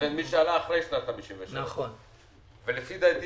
לבין מי שעלה אחרי שנת 1953. לפי דעתי